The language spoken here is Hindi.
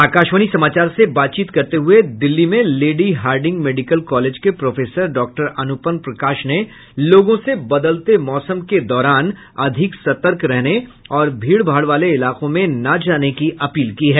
आकाशवाणी समाचार से बातचीत करते हुए दिल्ली में लेडी हार्डिंग मेडिकल कॉलेज के प्रोफेसर डॉक्टर अनुपम प्रकाश ने लोगों से बदलते मौसमके दौरान अधिक सतर्क रहने और भीड़भाड़ वाले इलाकों में न जाने की अपील की है